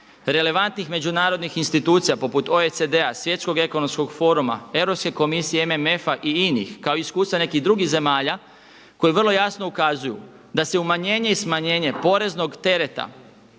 relevantnih međunarodnih institucija poput OECD-a, Svjetskog ekonomskog foruma, Europske komisije, MMF-a i inih kao i iskustva nekih drugih zemalja koji vrlo jasno ukazuju da se umanjenje i smanjenje poreznog tereta